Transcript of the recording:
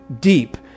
deep